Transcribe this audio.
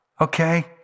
Okay